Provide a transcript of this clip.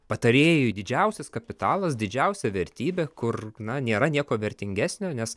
patarėjui didžiausias kapitalas didžiausia vertybė kur na nėra nieko vertingesnio nes